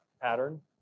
pattern